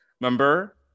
remember